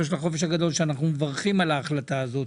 של החופש הגדול אנחנו מברכים על ההחלטה הזאת,